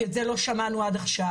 כי את זה לא שמענו עד עכשיו,